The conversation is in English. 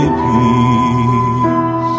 peace